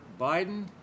Biden